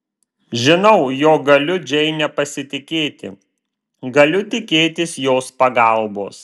žinau jog galiu džeine pasitikėti galiu tikėtis jos pagalbos